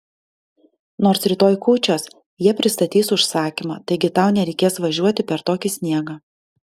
nors rytoj kūčios jie pristatys užsakymą taigi tau nereikės važiuoti per tokį sniegą